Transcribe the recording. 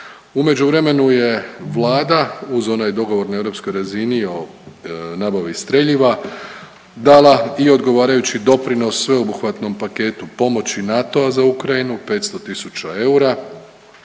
U međuvremenu je Vlada uz onaj dogovor na europskoj razini o nabavi streljiva dala i odgovarajući doprinos sveobuhvatnom paketu pomoći NATO-a za Ukrajinu 500.000 eura